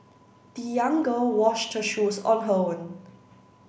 the young girl washed her shoes on her own